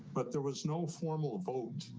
but there was no formal vote.